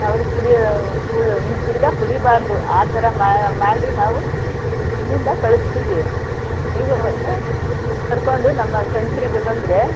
ಅವ್ರು ಕುಡಿಯೋ ಇನ್ನು ತಿರ್ಗಿ ಕುಡಿಯಬಾರ್ದು ಆ ಥರ ಮಾಡಿ ನಾವು ಇಲ್ಲಿಂದ ಕಳಿಸ್ತೀವಿ ನೀವು ಅವ್ರಿಗೆ ಕರ್ಕೊಂಡು ನಮ್ಮ ಸೆಂಟ್ರಿಗೆ ಬಂದರೆ